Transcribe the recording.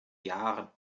jahren